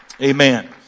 amen